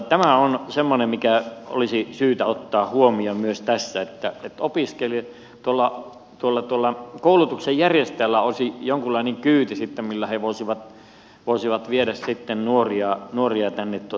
tämä on semmoinen mikä olisi syytä ottaa huomioon myös tässä että koulutuksen järjestäjällä olisi sitten jonkunlainen kyyti millä voitaisiin sitten viedä nuoria tänne harjoittelupisteeseen